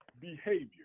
behavior